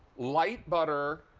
light butter,